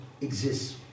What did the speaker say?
exists